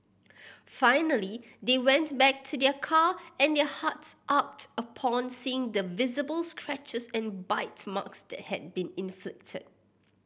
finally they went back to their car and their hearts ached upon seeing the visible scratches and bite marks that had been inflicted